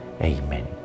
Amen